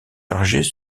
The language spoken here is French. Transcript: chargés